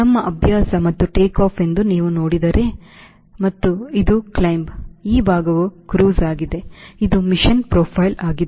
ನಮ್ಮ ಅಭ್ಯಾಸ ಮತ್ತು ಟೇಕ್ಆಫ್ ಎಂದು ನೀವು ನೋಡಿದರೆ ಮತ್ತು ಇದು ಕ್ಲೈಮ್ ಈ ಭಾಗವು ಕ್ರೂಸ್ ಆಗಿದೆ ಇದು ಮಿಷನ್ ಪ್ರೊಫೈಲ್ ಆಗಿದೆ